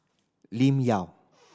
Lim Yau